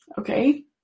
okay